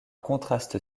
contraste